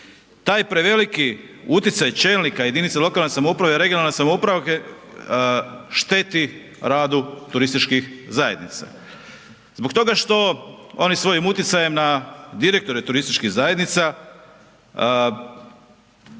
Taj preveliki utjecaj čelnika, jedinica lokalne samouprave, regionalne samouprave šteti radu turističkih zajednica zbog toga što oni svojim utjecajem na direktore turističkih zajednica